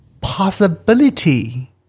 possibility